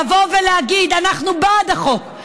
לבוא ולהגיד: אנחנו בעד החוק,